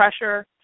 pressure